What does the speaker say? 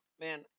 man